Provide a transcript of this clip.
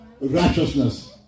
righteousness